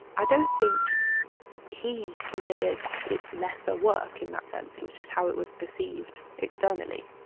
i don't think he considered it lesser work in that sense it was just how it was perceived externally.